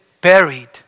buried